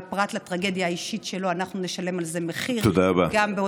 ופרט לטרגדיה האישית שלו אנחנו נשלם על זה מחיר גם בהוצאות.